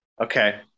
Okay